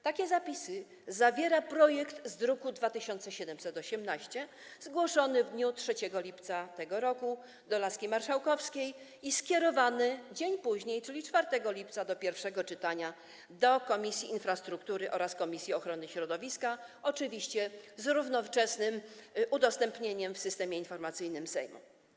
Takie zapisy zawiera projekt z druku nr 2718 zgłoszony w dniu 3 lipca tego roku do laski marszałkowskiej i skierowany dzień później, czyli 4 lipca, do pierwszego czytania do Komisji Infrastruktury oraz komisji ochrony środowiska, oczywiście z równoczesnym udostępnieniem w Systemie Informacyjnym Sejmu.